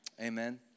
amen